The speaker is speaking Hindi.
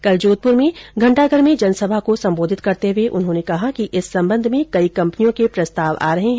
कल जोधपुर के घंटाधर में जनसभा को संबोधित करते हुए उन्होंने कहा कि इस संबंध में कई कंपनियों के प्रस्ताव आ रहे हैं